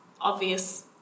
obvious